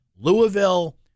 Louisville